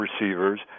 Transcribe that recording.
receivers